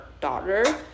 daughter